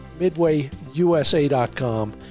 MidwayUSA.com